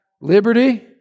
liberty